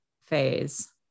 phase